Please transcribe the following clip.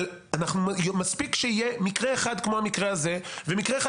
אבל מספיק שיהיה מקרה אחד כמו המקרה הזה ומקרה אחד